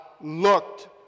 looked